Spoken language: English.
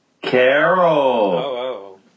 Carol